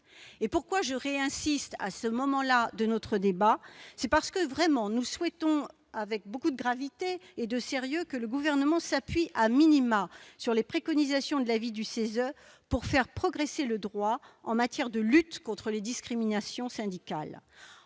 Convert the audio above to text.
et pourquoi je ré-insiste à ce moment-là de notre débat, c'est parce que vraiment nous souhaitons avec beaucoup de gravité et de sérieux, que le gouvernement s'appuie à minima sur les préconisations de l'avis du CESE pour faire progresser le droit en matière de lutte contre les discriminations syndicales